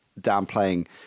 downplaying